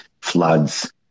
floods